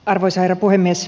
arvoisa herra puhemies